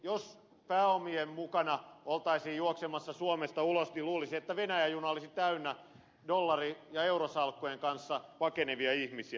jos pääomien mukana oltaisiin juoksemassa suomesta ulos niin luulisi että venäjän juna olisi täynnä dollari ja eurosalkkujen kanssa pakenevia ihmisiä